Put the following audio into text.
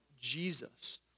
Jesus